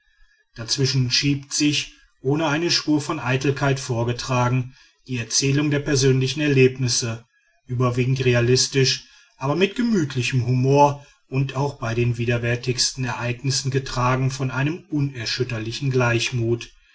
dazwischen schiebt sich ohne eine spur von eitelkeit vorgetragen die erzählung der persönlichen erlebnisse überwiegend realistisch aber mit gemütlichem humor und auch bei den widerwärtigsten ereignissen getragen von einem unerschütterlichen gleichmut